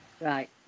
Right